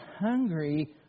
hungry